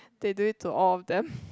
they do it to all of them